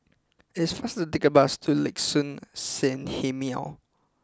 it is faster to take the bus to Liuxun Sanhemiao